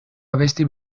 abesti